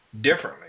differently